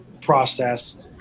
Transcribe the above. process